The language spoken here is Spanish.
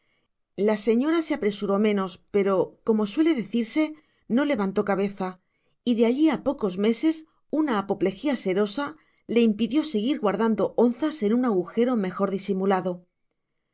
la señora se apresuró menos pero como suele decirse no levantó cabeza y de allí a pocos meses una apoplejía serosa le impidió seguir guardando onzas en un agujero mejor disimulado